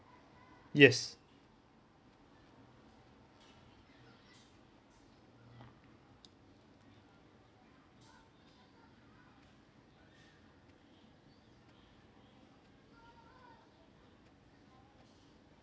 yes